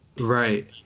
Right